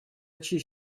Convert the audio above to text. честь